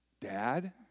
Dad